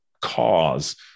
cause